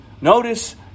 Notice